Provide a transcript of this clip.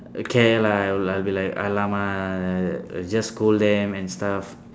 care lah like I'll be like !alamak! just scold them and stuff